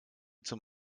zum